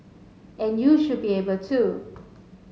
and you should be able to